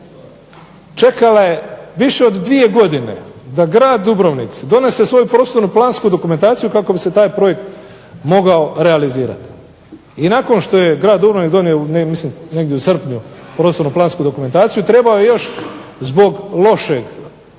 Čekala je više od dvije godine da grad Dubrovnik donese svoju prostorno-plansku dokumentaciju kako bi se taj projekt mogao realizirati. I nakon što je grad Dubrovnik donio negdje u srpnju prostorno-plansku dokumentaciju trebao je još zbog loše